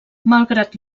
malgrat